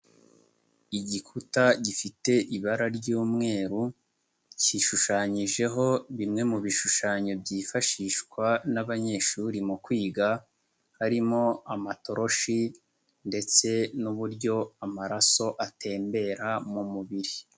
Igikuta gifite ibara ry'umweru cyishushanyijeho bimwe mu bishushanyo byifashishwa n'abanyeshuri mu kwiga. harimo amatoroshi ndetse n'uburyo amaraso atembera mu mubiri.